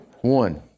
One